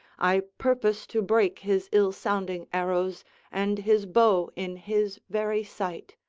i purpose to break his ill-sounding arrows and his bow in his very sight.